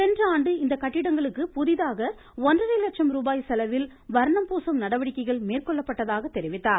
சென்ற ஆண்டு இந்த கட்டிடங்களுக்கு புதிதாக ஒன்றரை லட்சம் ரூபாய் செலவில் வர்ணம் பூசும் நடவடிக்கைகள் மேற்கொள்ளப்பட்டதாக தெரிவிததார்